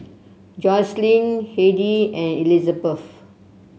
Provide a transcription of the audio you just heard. Joycelyn Hedy and Elisabeth